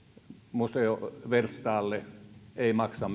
museo werstaalle ei maksa